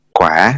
quả